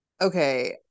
Okay